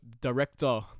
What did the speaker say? director